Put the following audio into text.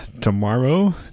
Tomorrow